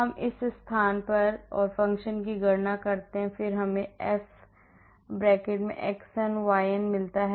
हम इस स्थान पर इस स्थान पर फ़ंक्शन की गणना करते हैं और फिर हमें f xn yn मिलता है